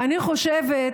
אני חושבת,